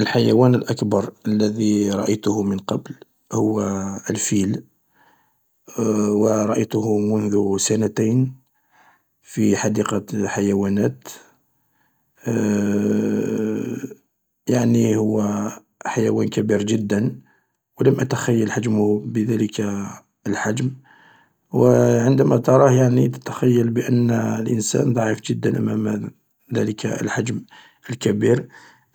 الحيوان الأكبر الذي رأيته من قبل هو الفيل و رأيته منذ سنين في حديقة حيوانات يعني هو حيوان كبير جدا لم أتخيل حجمه بذلك الحجم و عندما تراه يعني تتخيل بأن الإنسان ضعيف جدا أمام ذلك الحجم الكبير